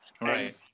Right